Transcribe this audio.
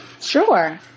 Sure